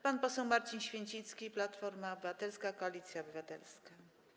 Pan poseł Marcin Święcicki, Platforma Obywatelska - Koalicja Obywatelska.